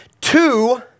Two